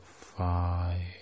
Five